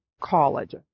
college